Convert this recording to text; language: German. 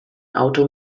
auto